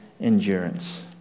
endurance